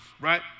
right